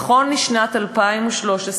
נכון לשנת 2013,